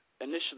initially